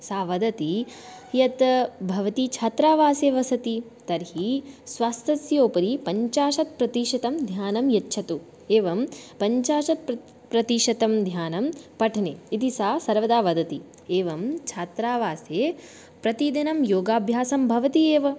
सा वदती यत् भवती छात्रावासे वसति तर्हि स्वास्थ्यस्य उपरि पञ्चाशत् प्रतिशतं ध्यानं यच्छतु एवं पञ्चाशत् प्रत् प्रतिशतं ध्यानं पठने इति सा सर्वदा वदति एवं छात्रावासे प्रतिदिनं योगाभ्यासं भवति एव